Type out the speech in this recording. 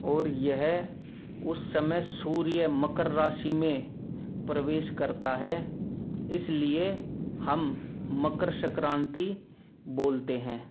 और यह उस समय सूर्य मकर राशि में प्रवेश करता है इसलिए हम मकर संक्रांति बोलते हैं